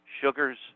sugars